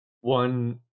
one